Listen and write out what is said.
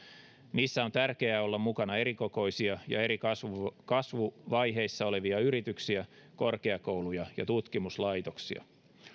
niissä on tärkeää olla mukana erikokoisia ja eri kasvuvaiheissa olevia yrityksiä korkeakouluja ja tutkimuslaitoksia